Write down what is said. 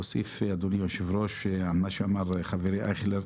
אדוני היושב ראש, על מה שאמר חברי אייכלר,